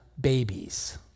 babies